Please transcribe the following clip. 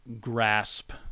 grasp